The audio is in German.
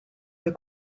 für